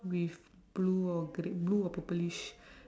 with blue or gr~ blue or purplish